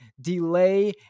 delay